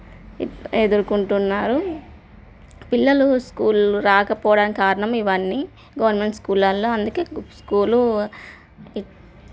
ఎదుర్కుంటున్నారు పిల్లలు స్కూల్ రాకపోవడానికి కారణం ఇవన్నీ గవర్నమెంట్ స్కూలల్లో అందుకే స్కూలు